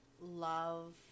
love